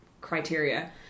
criteria